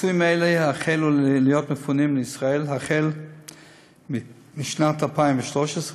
פצועים אלה החלו להיות מפונים לישראל החל משנת 2013,